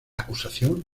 acusación